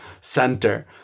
center